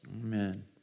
Amen